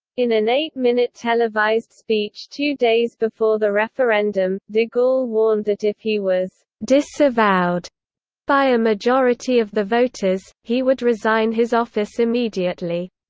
in an eight-minute televised speech two days before the referendum, de gaulle warned that if he was disavowed by a majority of the voters, he would resign his office immediately.